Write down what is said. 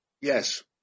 yes